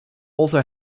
also